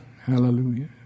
hallelujah